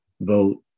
vote